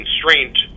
constraint